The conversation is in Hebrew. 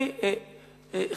יושב-ראש הכנסת,